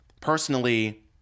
Personally